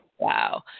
Wow